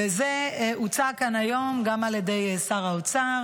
וזה הוצג כאן היום גם על ידי שר האוצר